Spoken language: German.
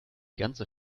ganze